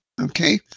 Okay